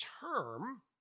term